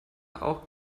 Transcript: auch